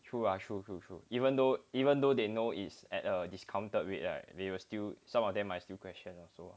true ah true true true even though even though they know is at a discounted rate right they will still some of them might still question also